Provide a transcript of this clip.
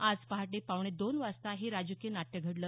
आज पहाटे पावणे दोन वाजता हे राजकीय नाट्य घडलं